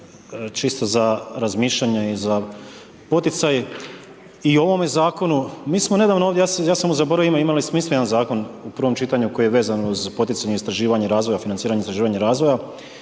čisto za razmišljanje i za poticaj. I ovome zakonu mi smo nedavno, ja sam zaboravio mu ime, imali smo jedan zakon u prvome čitanju koji je vezan uz poticanje istraživanja razvoja financiranja istraživanja razvoja